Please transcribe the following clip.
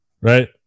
Right